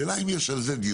השאלה אם יש על זה דיונים?